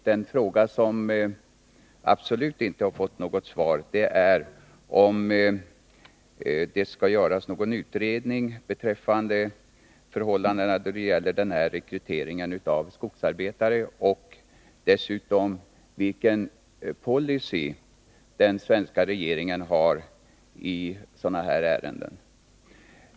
De frågor som vi absolut inte har fått något svar på är om det skall göras någon utredning beträffande denna rekrytering av skogsarbetare och vilken policy som den svenska regeringen har i sådana här ärenden.